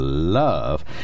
love